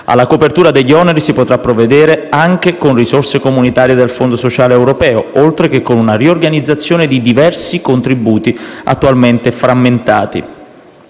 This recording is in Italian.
Alla copertura degli oneri si potrà provvedere anche con risorse comunitarie del Fondo sociale europeo, oltre che con una riorganizzazione di diversi contributi, attualmente frammentati.